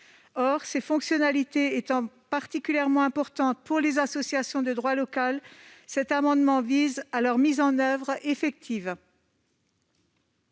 Or ces fonctionnalités étant particulièrement importantes pour les associations de droit local, cet amendement vise à leur mise en oeuvre effective.